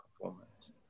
performance